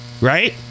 right